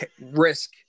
risk